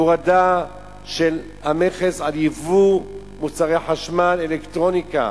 הורדה של המכס על יבוא מוצרי חשמל, אלקטרוניקה.